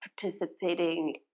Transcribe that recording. participating